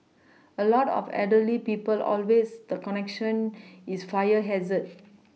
a lot of elderly people always the connection is fire hazard